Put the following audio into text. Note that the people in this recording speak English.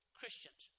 Christians